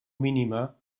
mínima